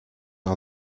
are